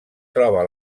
troba